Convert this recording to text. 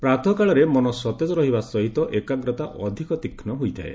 ପ୍ରାତଃ କାଳରେ ମନ ସତେଜ ରହିବା ସହିତ ଏକାଗ୍ରତା ଅଧିକ ତୀକ୍ଷ୍ଣ ହୋଇଥାଏ